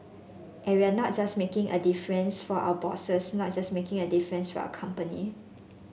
and we are not just making a difference for our bosses not just making a difference for our company